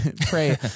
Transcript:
pray